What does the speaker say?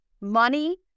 money